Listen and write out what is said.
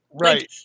Right